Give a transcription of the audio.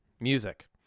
music